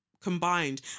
combined